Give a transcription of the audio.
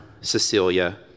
Cecilia